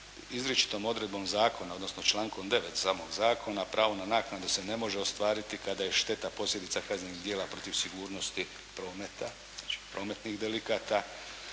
izričitom odredbom zakona odnosno člankom 9. samog zakona pravo na naknadu se ne može ostvariti kada je šteta posljedica kaznenih djela protiv sigurnosti prometa, prometnih delikata